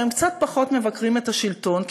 והם קצת פחות מבקרים את השלטון,